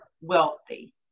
wealthy